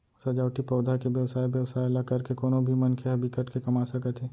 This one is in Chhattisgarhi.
सजावटी पउधा के बेवसाय बेवसाय ल करके कोनो भी मनखे ह बिकट के कमा सकत हे